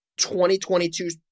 2022